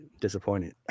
disappointed